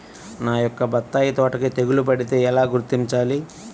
నా యొక్క బత్తాయి తోటకి తెగులు పడితే ఎలా గుర్తించాలి?